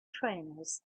trainers